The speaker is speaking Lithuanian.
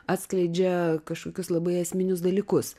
atskleidžia kažkokius labai esminius dalykus